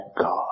God